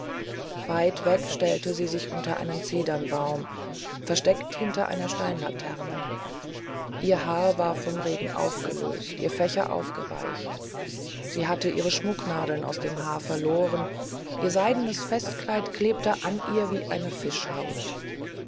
weit weg stellte sie sich unter einen zedernbaum versteckt hinter einer steinlaterne ihr haar war vom regen aufgelöst ihr fächer aufgeweicht sie hatte ihre schmucknadeln aus dem haar verloren ihr seidenes festkleid klebte an ihr wie eine fischhaut